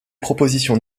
propositions